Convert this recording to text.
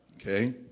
Okay